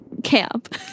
camp